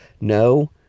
No